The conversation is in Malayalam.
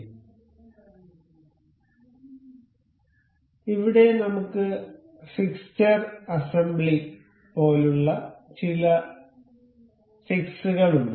അതിനാൽ ഇവിടെ നമുക്ക് ഫിക്സ്ചർ അസംബ്ലി പോലുള്ള ചില ഫിക്സ്കൾ ഉണ്ട്